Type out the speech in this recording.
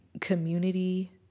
community